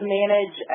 manage